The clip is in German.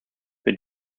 wir